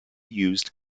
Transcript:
used